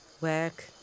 work